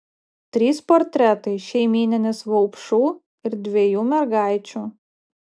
trys portretai šeimyninis vaupšų ir dviejų mergaičių